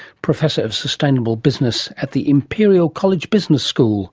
professor of sustainable business at the imperial college business school